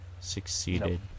succeeded